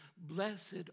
Blessed